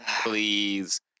please